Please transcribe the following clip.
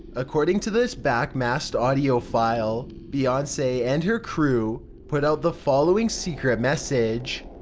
according to this back-masked audiofile, beyonce and her crew put out the following secret message